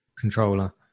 controller